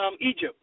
Egypt